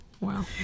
Wow